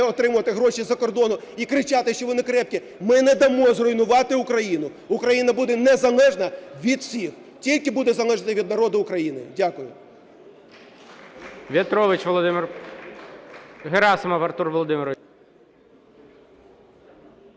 отримувати гроші з-за кордону і кричати, що вони крепкі, ми не дамо зруйнувати Україну, Україна буде незалежна від всіх, тільки буде залежна від народу України. Дякую.